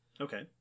Okay